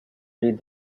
read